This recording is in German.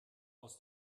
aus